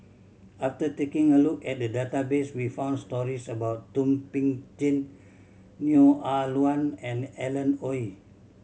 after taking a look at the database we found stories about Thum Ping Tjin Neo Ah Luan and Alan Oei